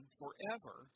forever